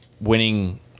winning